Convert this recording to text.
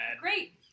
great